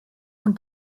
und